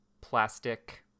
plastic